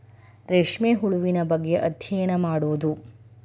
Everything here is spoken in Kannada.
ರೇಶ್ಮೆ ಹುಳುವಿನ ಬಗ್ಗೆ ಅದ್ಯಯನಾ ಮಾಡುದು